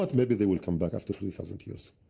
but maybe they will come back, after three thousand years.